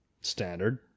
Standard